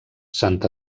sant